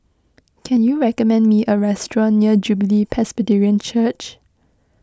can you recommend me a restaurant near Jubilee Presbyterian Church